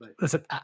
Listen